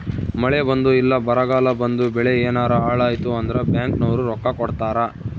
ಮಳೆ ಬಂದು ಇಲ್ಲ ಬರಗಾಲ ಬಂದು ಬೆಳೆ ಯೆನಾರ ಹಾಳಾಯ್ತು ಅಂದ್ರ ಬ್ಯಾಂಕ್ ನವ್ರು ರೊಕ್ಕ ಕೊಡ್ತಾರ